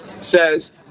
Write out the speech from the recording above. says